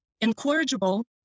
incorrigible